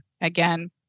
again